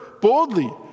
boldly